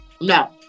No